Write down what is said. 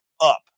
up